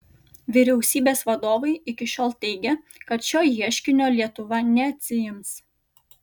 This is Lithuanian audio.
vyriausybės vadovai iki šiol teigė kad šio ieškinio lietuva neatsiims